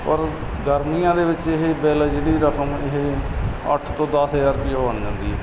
ਔਰ ਗਰਮੀਆਂ ਦੇ ਵਿੱਚ ਇਹ ਬਿੱਲ ਜਿਹੜੀ ਰਕਮ ਇਹ ਅੱਠ ਤੋਂ ਦੱਸ ਹਜ਼ਾਰ ਰੁਪਈਏ ਬਣ ਜਾਂਦੀ